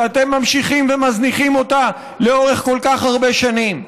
שאתם ממשיכים ומזניחים אותה לאורך כל כך הרבה שנים.